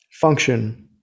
function